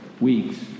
weeks